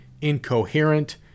incoherent